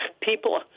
people